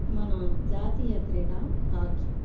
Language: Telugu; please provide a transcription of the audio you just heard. మన జాతీయ క్రీడ హాకీ